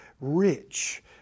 rich